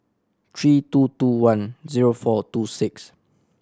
three two two one zero four two six